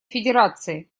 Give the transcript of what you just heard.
федерации